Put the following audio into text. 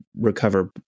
recover